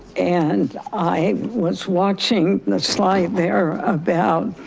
and i was watching the slide there about